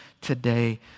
today